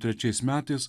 trečiais metais